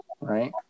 right